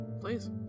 Please